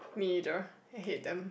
me neither I hate them